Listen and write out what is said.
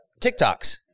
TikToks